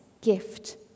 gift